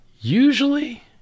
usually